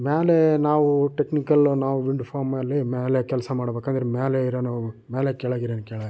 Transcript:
ಮೇಲೆ ನಾವು ಟೆಕ್ನಿಕಲ್ ನಾವು ವಿಂಡ್ ಫಾರ್ಮಲ್ಲಿ ಮೇಲೆ ಕೆಲಸ ಮಾಡಬೇಕಾದ್ರೆ ಮೇಲೆ ಇರೋನು ಮೇಲೆ ಕೆಳಗಿರೋನು ಕೆಳಗೆ